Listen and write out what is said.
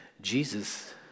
Jesus